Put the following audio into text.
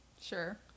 Sure